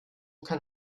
kann